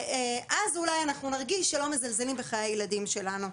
אז אולי אנחנו נרגיש שלא מזלזלים בחיי הילדים שלנו.